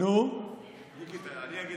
אני אגיד